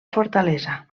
fortalesa